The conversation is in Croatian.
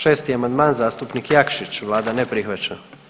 6. amandman, zastupnik Jakšić, Vlada ne prihvaća.